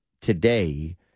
today